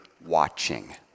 watching